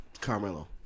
Carmelo